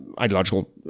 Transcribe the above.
ideological